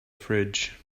fridge